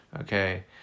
Okay